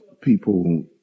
people